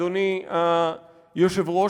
אדוני היושב-ראש,